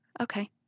Okay